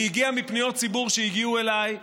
והיא הגיעה מפניות ציבור שהגיעו אליי,